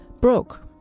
broke